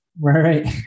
Right